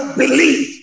believe